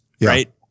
right